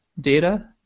data